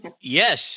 Yes